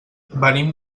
venim